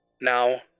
Now